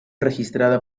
registrada